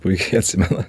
puikiai atsimena